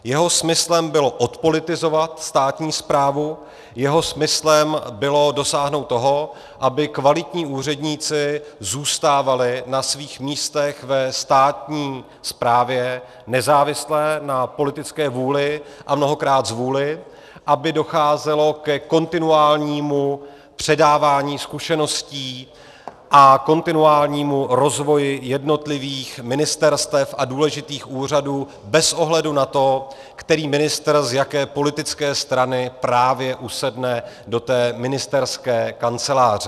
Jeho smyslem bylo odpolitizovat státní správu, jeho smyslem bylo dosáhnout toho, aby kvalitní úředníci zůstávali na svých místech ve státní správě nezávisle na politické vůli a mnohokrát zvůli, aby docházelo ke kontinuálnímu předávání zkušeností a kontinuálnímu rozvoji jednotlivých ministerstev a důležitých úřadů bez ohledu na to, který ministr z jaké politické strany právě usedne do té ministerské kanceláře.